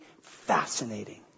fascinating